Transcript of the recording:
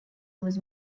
was